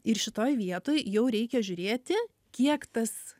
ir šitoj vietoj jau reikia žiūrėti kiek tas